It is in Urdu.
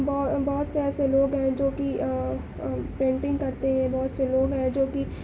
بہو بہت سے ایسے لوگ ہیں جوکہ پینٹنگ کرتے ہیں بہت سے لوگ ہیں جوکہ